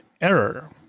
error